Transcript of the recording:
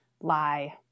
lie